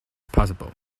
possible